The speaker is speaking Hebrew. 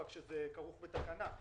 רק שזה כרוך בתקנה,